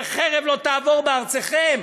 וחרב לא תעבר בארצכם".